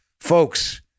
Folks